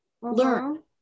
Learn